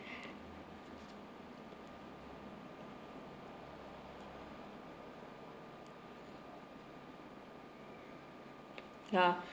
ya